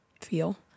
feel